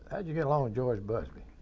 and you get along with george busby?